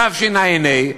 תשע"ה,